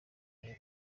iyo